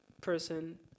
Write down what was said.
person